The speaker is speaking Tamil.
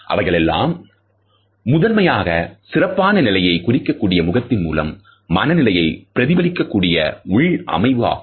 அவைகளெல்லாம் முதன்மையாக சிறப்பான நிலையை குறிக்கக்கூடிய முகத்தின் மூலம் மனநிலையை பிரதிபலிக்கக்கூடிய உள்ளமைவு ஆகும்